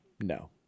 No